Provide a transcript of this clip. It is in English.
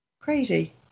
Crazy